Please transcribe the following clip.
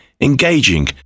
engaging